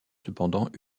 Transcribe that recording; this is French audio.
cependant